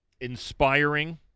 inspiring